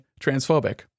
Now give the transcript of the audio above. transphobic